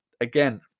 again